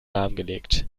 lahmgelegt